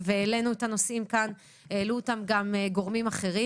העלנו את הנושאים והעלו אותם גם גורמים אחרים.